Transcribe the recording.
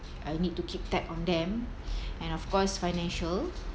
I need to keep tab on them and of course financial